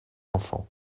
enfant